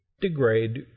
degrade